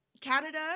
Canada